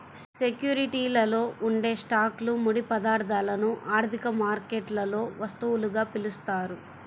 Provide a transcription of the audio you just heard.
సెక్యూరిటీలలో ఉండే స్టాక్లు, ముడి పదార్థాలను ఆర్థిక మార్కెట్లలో వస్తువులుగా పిలుస్తారు